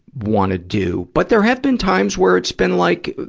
wanna do. but there have been times where it's been, like,